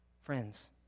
Friends